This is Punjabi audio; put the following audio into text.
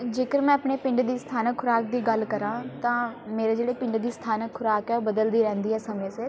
ਜੇਕਰ ਮੈਂ ਆਪਣੇ ਪਿੰਡ ਦੀ ਸਥਾਨਕ ਖੁਰਾਕ ਦੀ ਗੱਲ ਕਰਾਂ ਤਾਂ ਮੇਰੇ ਜਿਹੜੇ ਪਿੰਡ ਦੀ ਸਥਾਨਕ ਖੁਰਾਕ ਹੈ ਉਹ ਬਦਲਦੀ ਰਹਿੰਦੀ ਹੈ ਸਮੇਂ ਸਿਰ